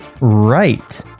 Right